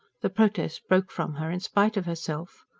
the protest broke from her in spite of herself.